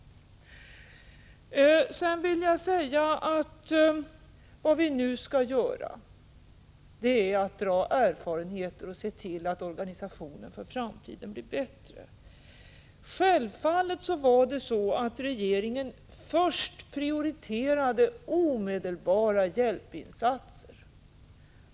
Vad vi nu skall göra är att samla erfarenheter av det som hänt och se till att organisationen för framtiden blir bättre. Självfallet prioriterade regeringen i första hand omedelbara hjälpinsatser.